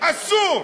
אסור.